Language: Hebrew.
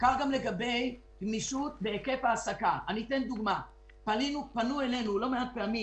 ולגבי מאיר, תדעו שמאיר מסוגל יומיים